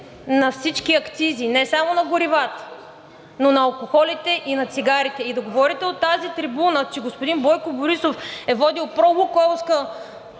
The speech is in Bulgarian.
на всички акцизи, не само на горивата, но на алкохолите и на цигарите. И да говорите от тази трибуна, че господин Бойко Борисов е водил пролукойлска